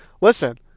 Listen